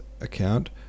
account